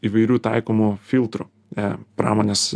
įvairių taikomų filtrų e pramonės